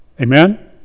Amen